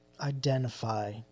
identify